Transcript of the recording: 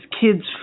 kid's